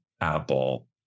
Apple